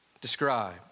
described